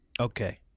Okay